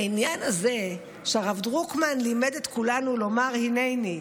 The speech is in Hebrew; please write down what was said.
העניין הזה שהרב דרוקמן לימד את כולנו לומר "הינני"